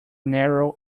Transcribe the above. narrow